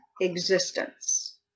existence